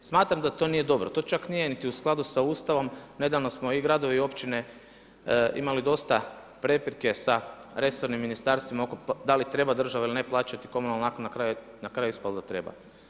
Smatram da to nije dobro, to čak nije ni u skladu sa Ustavom, nedavno smo i gradovi i općine imali dosta prepirke sa resornim ministarstvima da li treba država ili ne plaća komunalnu naknadu, na kraju je ispalo da treba.